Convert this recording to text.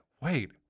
wait